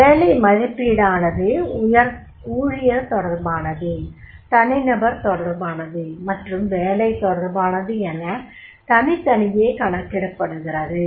வேலை மதிப்பீடானது ஊழியர் தொடர்பானது தனிநபர் தொடர்பானது மற்றும் வேலை தொடர்பானது என்று தனித்தனியே கணக்கிடப்படுகிறது